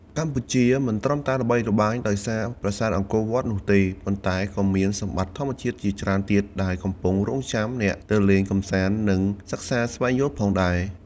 កម្ពុជាមិនត្រឹមតែល្បីល្បាញដោយសារប្រាសាទអង្គរវត្តនោះទេ ប៉ុន្តែក៏មានសម្បត្តិធម្មជាតិជាច្រើនទៀតដែលកំពុងរង់ចាំអ្នកទៅលេងកំសាន្ត និងសិក្សាស្វែងយល់ផងដែរ។